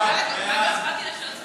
ההצעה להעביר